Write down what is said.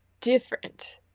different